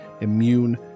immune